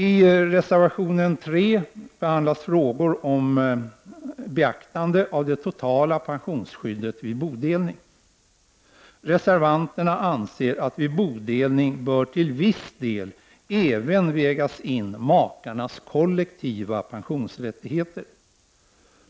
I reservation 3 behandlas frågor om beaktande av det totala pensionsskyddet vid bodelning. Reservanterna anser att vid bodelning bör till viss del även vägas in makarnas kollektiva pensionsrättigheter.